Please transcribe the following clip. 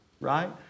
Right